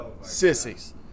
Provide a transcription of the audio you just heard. Sissies